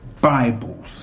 bibles